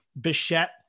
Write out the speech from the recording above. Bichette